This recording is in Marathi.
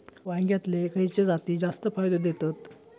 वांग्यातले खयले जाती जास्त फायदो देतत?